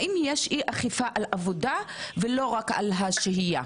האם יש אי אכיפה על עבודה ולא רק על השהייה?